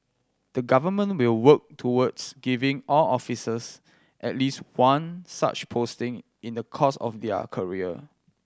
the Government will work towards giving all officers at least one such posting in the course of their career